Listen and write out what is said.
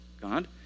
God